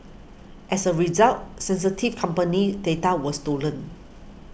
as a result sensitive company data was stolen